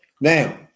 Now